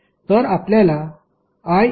तर आपल्याला iCdvdt मिळेल